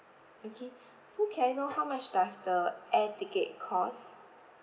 okay so can I know how much does the air ticket cost